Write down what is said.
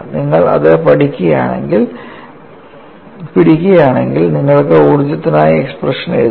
നിങ്ങൾ അത് പിടിക്കുകയാണെങ്കിൽ നിങ്ങൾക്ക് ഊർജ്ജത്തിനായി എക്സ്പ്രഷൻ എഴുതാം